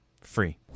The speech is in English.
free